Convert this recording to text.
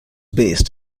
based